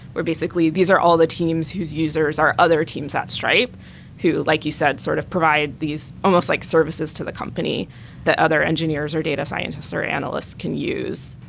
where basically these are all the teams whose users are other teams at stripe who, like you said, sort of provide these almost like services to the company that other engineers or data scientists or analysts can use.